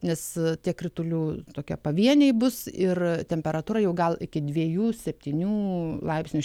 nes tiek kritulių tokie pavieniai bus ir temperatūra jau gal iki dviejų septynių laipsnių